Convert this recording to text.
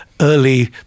early